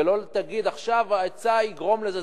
ולא תגיד: עכשיו העצה הזאת תגרום לזה,